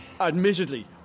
admittedly